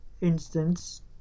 instance